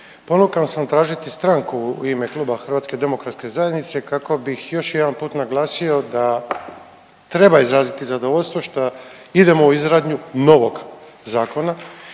Ponukan sam tražiti stranku u ime Kluba HDZ-a kako bih još jedan put naglasio da treba izraziti zadovoljstvo šta idemo u izradnju novog zakona